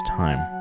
time